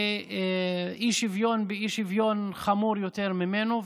ואי-שוויון באי-שוויון חמור יותר ממנו.